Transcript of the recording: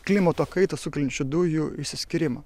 klimato kaitą sukeliančių dujų išsiskyrimą